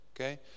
Okay